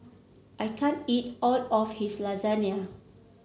I can't eat all of his Lasagne